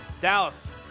Dallas